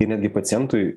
ir netgi pacientui